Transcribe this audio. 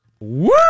Woo